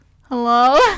Hello